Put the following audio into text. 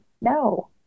No